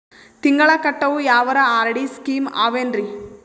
ತಿಂಗಳ ಕಟ್ಟವು ಯಾವರ ಆರ್.ಡಿ ಸ್ಕೀಮ ಆವ ಏನ್ರಿ?